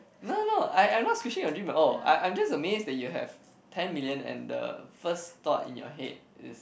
no no no I'm not squishing your dream at all I'm I'm amazed that you have ten million and the first thought in your head is